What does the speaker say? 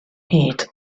hyd